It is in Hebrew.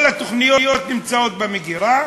כל התוכניות נמצאות במגירה,